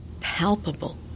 palpable